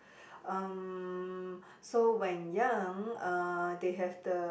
um so when young uh they have the